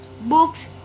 books